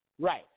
Right